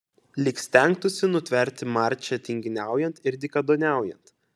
lyg stengtųsi nutverti marčią tinginiaujant ir dykaduoniaujant